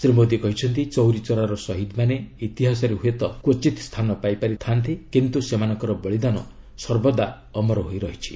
ଶ୍ରୀ ମୋଦୀ କହିଛନ୍ତି ଚୌରୀ ଚୌରାର ଶହୀଦମାନେ ଇତିହାସରେ ହୁଏତ କ୍ପଚିତ ସ୍ଥାନ ପାଇପାରି ଥାନ୍ତି କିନ୍ତୁ ସେମାନଙ୍କର ବଳିଦାନ ସର୍ବଦା ଅମର ହୋଇ ରହିଛି